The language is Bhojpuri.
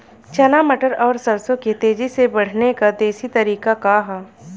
चना मटर और सरसों के तेजी से बढ़ने क देशी तरीका का ह?